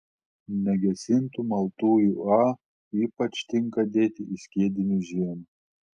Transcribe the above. negesintų maltųjų a ypač tinka dėti į skiedinius žiemą